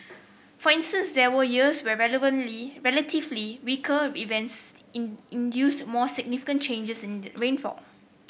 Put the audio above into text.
for instance there were years where relevantly relatively weaker events induced more significant changes in rainfall